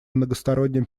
многосторонним